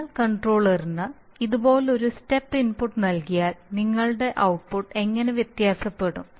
നിങ്ങൾ കൺട്രോളറിന് ഇതുപോലുള്ള ഒരു സ്റ്റെപ്പ് ഇൻപുട്ട് നൽകിയാൽ നിങ്ങളുടെ ഔട്ട്പുട്ട് എങ്ങനെ വ്യത്യാസപ്പെടും